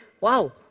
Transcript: Wow